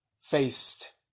faced